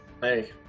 hey